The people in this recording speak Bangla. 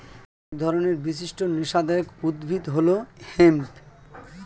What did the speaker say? এক ধরনের বিশিষ্ট নেশাদায়ক উদ্ভিদ হল হেম্প